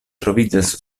troviĝas